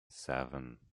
seven